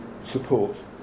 support